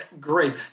Great